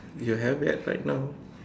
you have that right now